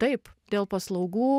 taip dėl paslaugų